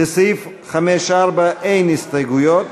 לסעיף 5(4) אין הסתייגויות.